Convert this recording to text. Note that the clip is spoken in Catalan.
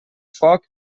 foc